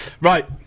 Right